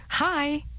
Hi